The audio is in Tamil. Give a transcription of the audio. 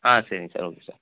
ஆ சரிங்க சார் ஓகே சார்